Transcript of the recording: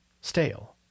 stale